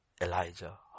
Elijah